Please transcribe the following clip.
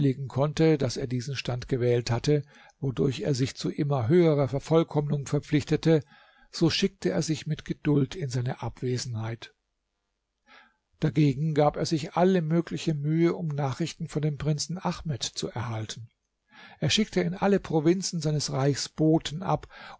konnte daß er diesen stand gewählt hatte wodurch er sich zu immer höherer vervollkommnung verpflichtete so schickte er sich mit geduld in seine abwesenheit dagegen gab er sich alle mögliche mühe um nachrichten von dem prinzen ahmed zu erhalten er schickte in alle provinzen seines reichs boten ab